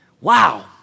Wow